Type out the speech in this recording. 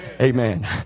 Amen